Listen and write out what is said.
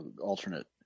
alternate